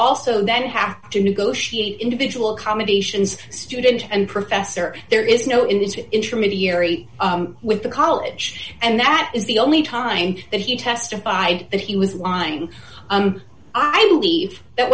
also then have to negotiate individual commendations student and professor there is no in the intermediary with the college and that is the only time that he testified that he was lying and i believe that